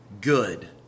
good